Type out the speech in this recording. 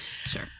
Sure